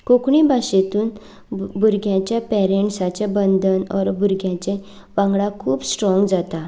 कोंकणी भाशेतून भुरग्याचे पेरेंण्ट्साचें बंदन ओर बुरग्यांचें वांगडा खूब स्ट्रोंग जाता